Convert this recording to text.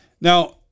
Now